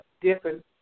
different